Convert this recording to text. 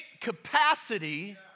capacity